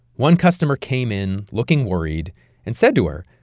one customer came in looking worried and said to her,